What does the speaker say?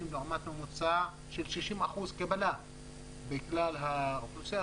לעומת ממוצע של 60% קבלה בכלל האוכלוסייה,